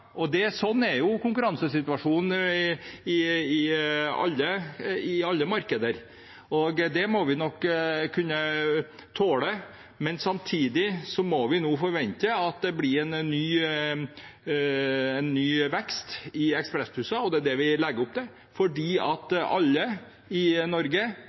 og slik er jo konkurransesituasjonen i alle markeder. Det må vi nok kunne tåle. Men samtidig må vi nå forvente at det blir en ny vekst i ekspressbusser, og det er det vi legger opp til. For alle i Norge